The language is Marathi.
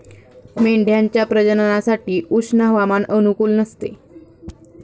मेंढ्यांच्या प्रजननासाठी उष्ण हवामान अनुकूल नसते